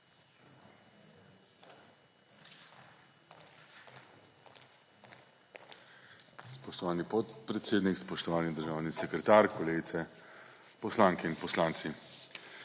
Spoštovani podpredsednik, spoštovani državni sekretar, kolegice poslanke in poslanci.